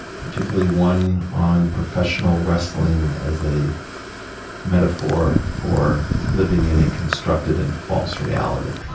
particularly one on professional wrestling as a metaphor for living in a constructed and false reality.